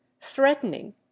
threatening